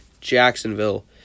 Jacksonville